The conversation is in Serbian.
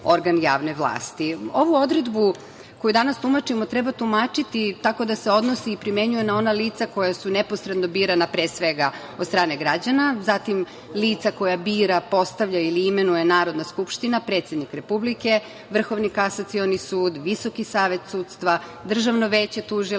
organ javne vlasti. Ovu odredbu koju danas tumačimo treba tumačiti tako da se odnosi i primenjuje na ona lica koja su neposredno birana pre svega od strane građana, zatim lica koja bira, postavlja ili imenuje Narodna skupština, predsednik Republike, Vrhovni kasacioni sud, Visoki savet sudstva, Državno veće